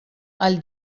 għall